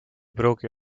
pruugi